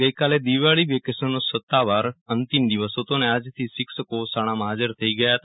ગઈકાલે દિવાળી વેકેશનનો સતવાર અંતિમ દિવસ હતો અને આજથી શિક્ષકો શાળામાં હાજર થઇ ગયા હતા